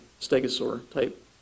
stegosaur-type